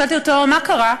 שאלתי אותו: מה קרה?